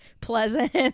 pleasant